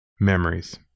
Memories